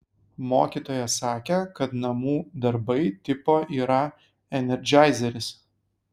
mokytoja sakė kad namų darbai tipo yra enerdžaizeris